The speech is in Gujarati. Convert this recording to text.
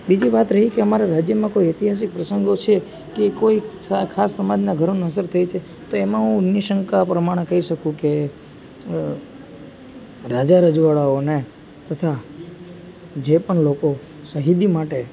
બીજી વાત રહી કે અમારે રાજ્યમાં કોઈ ઐતિહાસિક પ્રસંગો છે કે કોઈક ખાસ સમાજના ઘરોને અસર થઈ છે તો એમાં હું નિશંક પ્રમાણે કહી શકું કે રાજા રજવાડાઓને તથા જે પણ લોકો શહીદી માટે